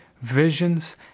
visions